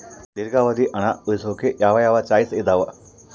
ದೇರ್ಘಾವಧಿ ಹಣ ಉಳಿಸೋಕೆ ಯಾವ ಯಾವ ಚಾಯ್ಸ್ ಇದಾವ?